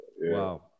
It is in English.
Wow